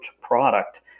product